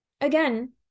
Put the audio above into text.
again